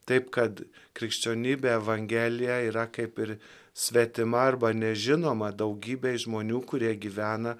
taip kad krikščionybė evangelija yra kaip ir svetima arba nežinoma daugybė žmonių kurie gyvena